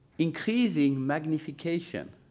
increasing magnification